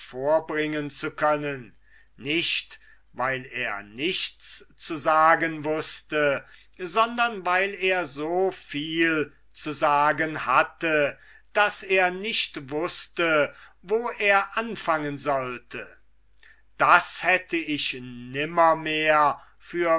hervorbringen zu können nicht weil er nichts zu sagen wußte sondern weil er soviel zu sagen hatte daß er nicht wußte wo er anfangen sollte das hätte ich nimmermehr für